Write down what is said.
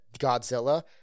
Godzilla